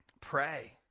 Pray